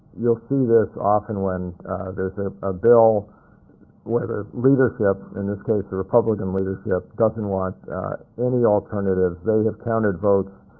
you'll see this often when there's a ah bill where the leadership, in this case the republican leadership, doesn't want any alternatives. they have counted votes.